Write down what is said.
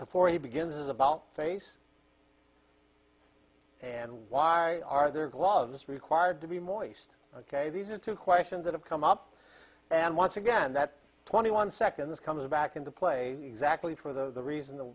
before he begins is about face and why are their gloves required to be more east ok these are two questions that have come up and once again that twenty one seconds coming back into play exactly for the reason that